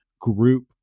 group